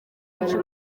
benshi